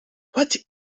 what